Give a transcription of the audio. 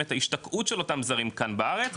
את ההשתקעות של אותם זרים כאן בארץ.